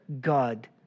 God